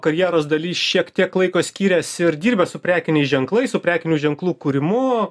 karjeros daly šiek tiek laiko skyręs ir dirbęs su prekiniais ženklais prekinių ženklų kūrimu